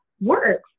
works